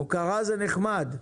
הוקרה זה נחמד.